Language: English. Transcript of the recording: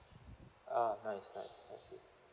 ah nice nice I see